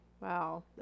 Wow